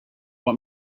want